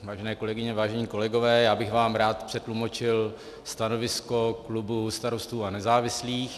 Vážené kolegyně, vážení kolegové, já bych vám rád přetlumočil stanovisko klubu Starostů a nezávislých.